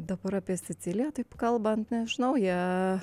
dabar apie siciliją taip kalbant nežinau jie